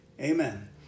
Amen